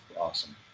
awesome